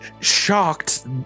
shocked